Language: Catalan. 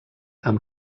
amb